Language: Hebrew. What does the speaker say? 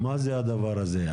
מה זה הדבר הזה?